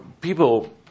people